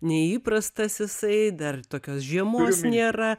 neįprastas jisai dar tokios žiemos nėra